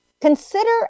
consider